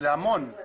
זה המון.